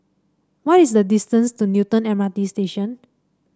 what is the distance to Newton M R T Station